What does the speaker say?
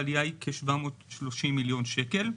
העלייה היא של 730 מיליון שקל.